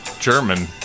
German